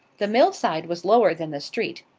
the mill side was lower than the street.